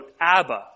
Abba